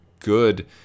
good